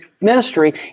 ministry